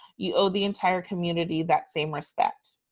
you owe the entire community that same respect.